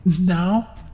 Now